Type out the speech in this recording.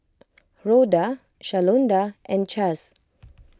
Rhoda Shalonda and Chace